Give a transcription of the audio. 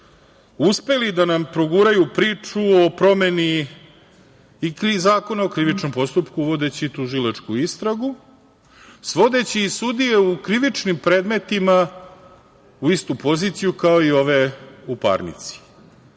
uspeli da nam proguraju priču o promeni Zakona o krivičnom postupku, uvodeći tužilačku istragu, svodeći sudije u krivičnim predmetima u istu poziciju kao i ove u parnici.